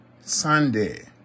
Sunday